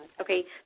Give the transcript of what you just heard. Okay